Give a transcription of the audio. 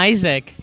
Isaac